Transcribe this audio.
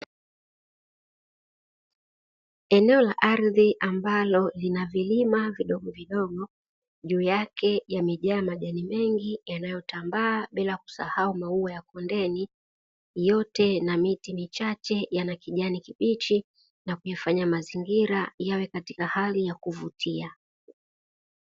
Eneo la ardhi ambalo lina vilima vidogo vidogo, juu yake yamejaa majani mengi yanayotambaa bila kusahau maua ya kondeni, yote yana miti michache, yana kijani kibichi na kuyafanya mazingira yawe katika hali ya kuvutia.